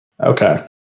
Okay